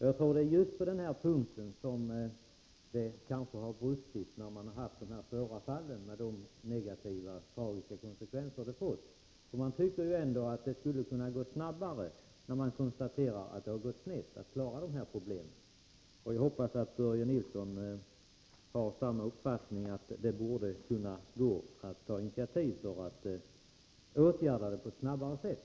Jag tror att det är just på den punkten som det har brustit när man haft att handlägga svåra fall, med de tragiska konsekvenser det fått. Jag tycker att det borde kunna gå snabbare att klara problemen när man har konstaterat att det gått snett. Jag hoppas att Börje Nilsson har samma uppfattning som jag, att det borde gå att ta initiativ för att åtgärda detta på ett snabbare sätt.